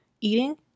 Eating